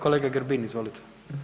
Kolega Grbin, izvolite.